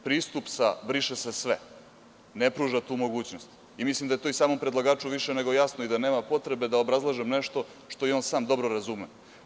Pristup sa – briše se sve, ne pruža tu mogućnost i mislim da je to i samom predlagaču više nego jasno i da nema potrebe da obrazlažem nešto što i on sam dobro razume.